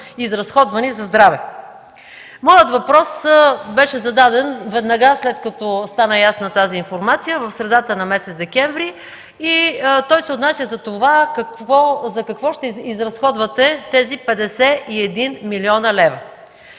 изразходвани за здраве. Моят въпрос беше зададен веднага след като стана ясна тази информация – в средата на месец декември. Той е: за какво ще изразходвате тези 51 млн. лв.?